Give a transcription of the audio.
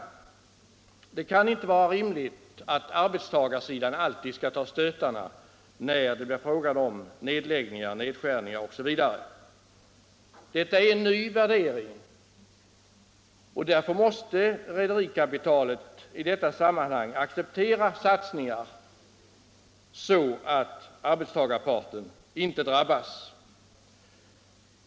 Det kan inte vara rimligt att arbetstagarsidan alltid skall ta stötarna när det blir fråga om nedläggningar och nedskärningar. Detta är en ny värdering, och därför måste rederikapitalet i detta sammanhag acceptera satsningar så att arbetstagarparten inte drabbas.